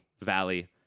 valley